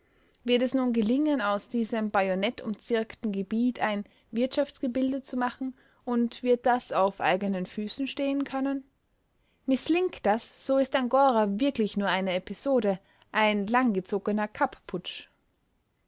wird es nun gelingen aus diesem bajonettumzirkten gebiet ein wirtschaftsgebilde zu machen und wird das auf eigenen füßen stehen können mißlingt das so ist angora wirklich nur eine episode ein langgezogener